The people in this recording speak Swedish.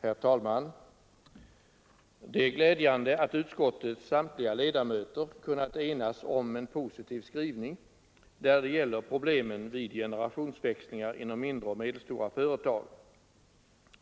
Herr talman! Det är glädjande att utskottets samtliga ledamöter kunnat enas om en positiv skrivning när det gäller problemen vid generationsväxlingar inom mindre och medelstora företag.